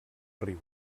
riu